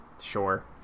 Sure